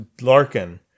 Larkin